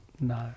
no